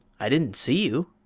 i didn't see you,